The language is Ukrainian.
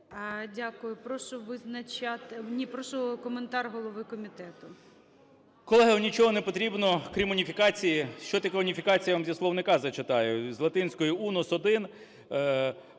І прошу коментар голови комітету.